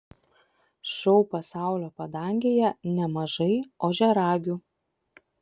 šou pasaulio padangėje nemažai ožiaragių